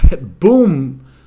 boom